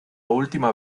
última